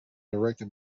directed